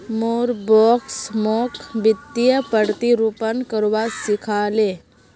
मोर बॉस मोक वित्तीय प्रतिरूपण करवा सिखा ले